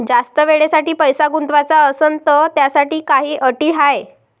जास्त वेळेसाठी पैसा गुंतवाचा असनं त त्याच्यासाठी काही अटी हाय?